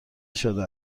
شده